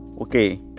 okay